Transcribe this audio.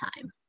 time